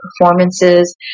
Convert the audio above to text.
performances